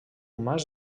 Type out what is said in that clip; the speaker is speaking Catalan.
mas